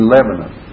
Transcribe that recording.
Lebanon